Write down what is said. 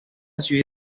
ciudad